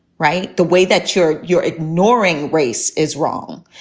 right? the way that you're you're ignoring race is wrong.